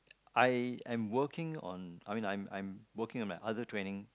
I am working on I mean I'm I'm working on my other training